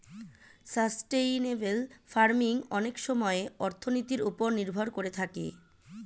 sustainable farming অনেক সময়ে অর্থনীতির ওপর নির্ভর করে থাকে